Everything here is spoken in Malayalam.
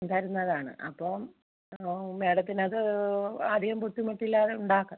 തരുന്നതാണ് അപ്പം ഓ മേഡത്തിനത് അത് അധികം ബുദ്ധിമുട്ടില്ലാതെ ഉണ്ടാക്കാം